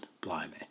blimey